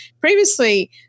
previously